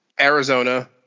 Arizona